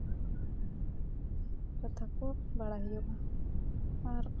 ᱠᱟᱛᱷᱟ ᱠᱚ ᱵᱟᱲᱟᱭ ᱦᱩᱭᱩᱜᱼᱟ ᱟᱨ